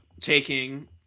taking